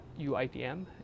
UITM